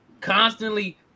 constantly